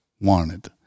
wanted